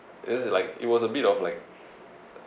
it was like it was a bit of like